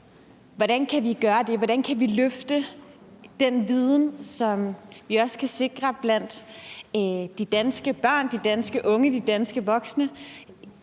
hvordan vi kan løfte den viden, som vi også kan sikre blandt de danske børn, de danske unge og de danske voksne,